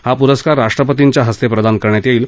हा पुरस्कार राष्ट्रपतींच्या हस्ते प्रदान करण्यात येईल